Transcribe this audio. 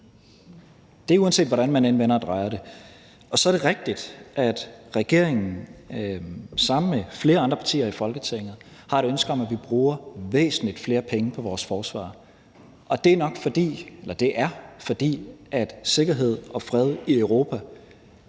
det er, uanset hvordan man end vender og drejer det. Så er det rigtigt, at regeringen sammen med flere andre partier i Folketinget har et ønske om, at vi bruger væsentlig flere penge på vores forsvar, og det er, fordi sikkerhed og fred i Europa